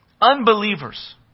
Unbelievers